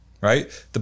right